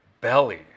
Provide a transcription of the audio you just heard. belly